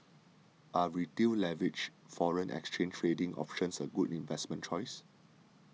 are Retail leveraged foreign exchange trading options a good investment choice